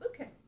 Okay